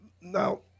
Now